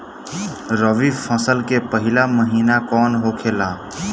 रबी फसल के पहिला महिना कौन होखे ला?